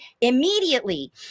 immediately